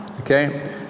Okay